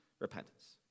repentance